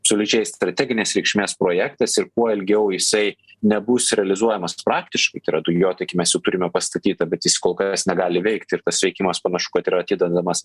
absoliučiai strateginės reikšmės projektas ir kuo ilgiau jisai nebus realizuojamas praktiškai tai yra dujotiekį mes jau turime pastatytą bet jis kol kas negali veikti ir tas veikimas panašu kad yra atidedamas